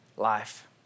life